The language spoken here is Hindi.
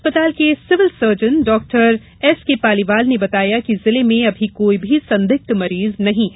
अस्पताल के civil surgeon doctor SK Paliwal ने बताया कि जिले में अभी कोई भी संदिग्ध मरीज नही है